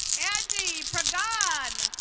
angie progad.